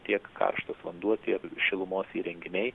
tiek karštas vanduo tie šilumos įrenginiai